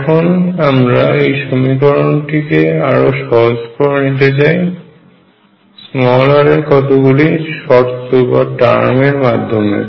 এখন আমরা এই সমীকরণটিকে আরো সহজ করে নিতে চাই r এর কতগুলি শর্ত এর মাধ্যমে